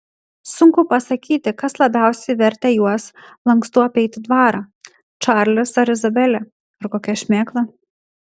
sunku pasakyti kas labiausiai vertė juos lankstu apeiti dvarą čarlis ar izabelė ar kokia šmėkla